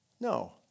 no